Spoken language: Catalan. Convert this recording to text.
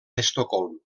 estocolm